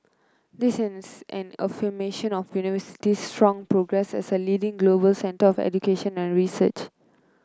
this is an affirmation of the University's strong progress as a leading global centre of education and research